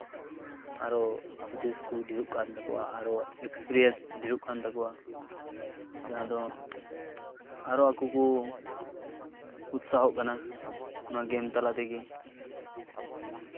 ᱟᱨᱚ ᱦᱩᱫᱤᱥ ᱠᱚ ᱰᱷᱮᱨᱚᱜ ᱠᱟᱱ ᱛᱟᱠᱚᱣᱟ ᱟᱨᱚ ᱮᱠᱥᱯᱨᱤᱭᱮᱱᱥ ᱰᱷᱮᱨᱚᱜ ᱠᱟᱱ ᱛᱟᱠᱳᱣᱟ ᱡᱟᱦᱟᱸ ᱫᱚ ᱟᱨᱚ ᱟᱠᱚ ᱠᱚ ᱩᱛᱥᱟᱦᱚᱜ ᱠᱟᱱᱟ ᱱᱚᱣᱟ ᱜᱮᱢ ᱛᱟᱞᱟ ᱛᱮᱜᱮ